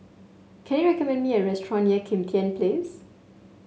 can you recommend me a restaurant near Kim Tian Place